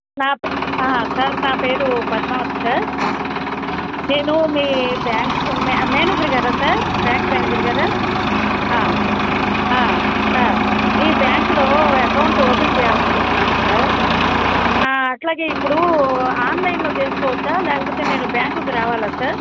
నాపే sir నా పేరు Padmavathi sir నేను మీ బ్యాంక్ మేనేజర్ గారా సార్ బ్యాంక్ మేనేజర్ గారా సార్ మీ బ్యాంకులో ఎకౌంట్ ఓపెన్ చేయాలనుకుంటున్నాను సార్ అట్లాగే ఇప్పుడూ ఆన్లైన్లో చేసుకోవచ్చా లేకపోతే నేను బ్యాంకుకి రావాలా సార్